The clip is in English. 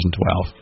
2012